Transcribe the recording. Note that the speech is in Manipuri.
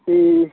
ꯎꯝ